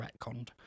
retconned